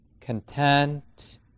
content